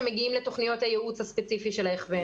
שמגיעים לתוכניות הייעוץ הספציפיות של ההכוון,